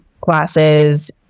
classes